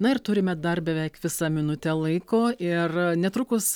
na ir turime dar beveik visą minutę laiko ir netrukus